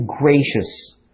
gracious